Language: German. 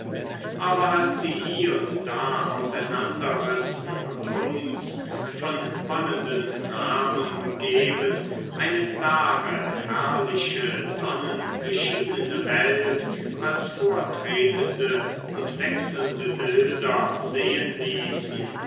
aber als sie hie und da auseinander rissen und uns von wallenden rahmen umgeben eine klare herrliche sonnenbeschienene welt als vortretende und wechselnde bilder sehen ließen